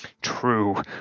True